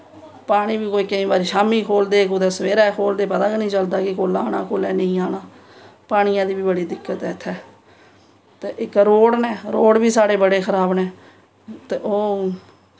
पानी बी कोई केईं बारी शामीं खोहल्लदे कुदै सबैह्रे खोहल्लदे पता गै निं चलदा कोलै आना कोलै नोईं आना पानियां दी बी बड़ी दिक्कत ऐ इत्थें ते इक रोड न रोड बी बड़े खराब न साढ़े ते ओह्